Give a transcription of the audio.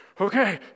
okay